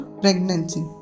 pregnancy